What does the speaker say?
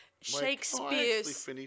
Shakespeare's